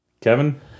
Kevin